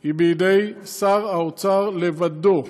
היא בידי שר האוצר לבדו,